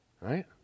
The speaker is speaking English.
Right